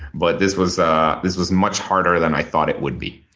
but this was ah this was much harder than i thought it would be.